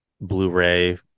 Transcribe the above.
Blu-ray